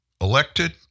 elected